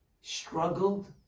struggled